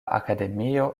akademio